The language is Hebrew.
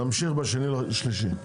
נמשיך ב-2 במרץ.